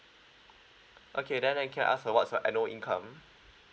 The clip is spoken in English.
okay then uh can I ask uh what's your annual income